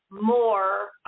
more